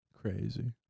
Crazy